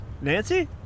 Nancy